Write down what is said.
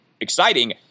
exciting